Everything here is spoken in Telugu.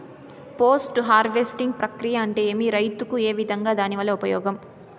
పోస్ట్ హార్వెస్టింగ్ ప్రక్రియ అంటే ఏమి? రైతుకు ఏ విధంగా దాని వల్ల ఉపయోగం?